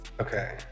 Okay